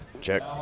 check